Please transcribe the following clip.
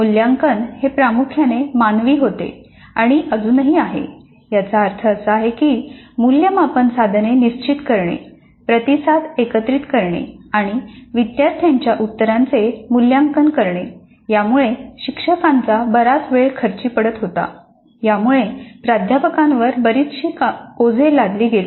मूल्यांकन हे प्रामुख्याने मानवी होते आणि अजूनही आहे याचा अर्थ असा की मूल्यमापन साधने निश्चित करणे प्रतिसाद एकत्रित करणे आणि विद्यार्थ्यांच्या उत्तरांचे मूल्यांकन करणे यामुळे शिक्षकांचा बराच वेळ खर्ची पडत होता यामुळे प्राध्यापकांवर बरीचशी ओझे लादली गेली